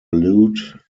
lute